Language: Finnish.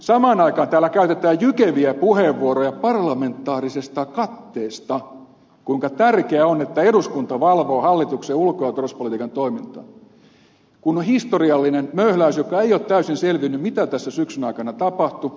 samaan aikaan täällä käytetään jykeviä puheenvuoroja parlamentaarisesta katteesta kuinka tärkeää on että eduskunta valvoo hallituksen ulko ja turvallisuuspolitiikan toimintaa kun on historiallinen möhläys josta ei ole täysin selvinnyt mitä tässä syksyn aikana tapahtui